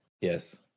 Yes